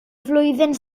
flwyddyn